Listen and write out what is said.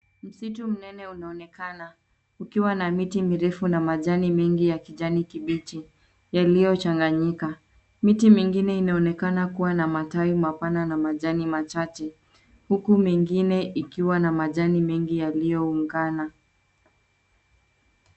Msitu mnene unaonekana ukiwa na miti mirefu na majani mengi ya kijani kibichi yaliyochanganyika. Miti mingine inaonekana kuwa na matawi mapana na majani machache, huku mingine ikiwa na majani mengi yaliyoungana.